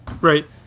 right